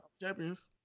champions